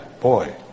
boy